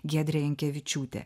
giedrė jankevičiūtė